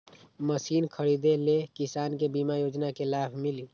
Machine खरीदे ले किसान के बीमा योजना के लाभ मिली?